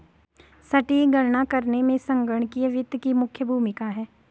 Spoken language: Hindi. सटीक गणना करने में संगणकीय वित्त की मुख्य भूमिका है